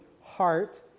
heart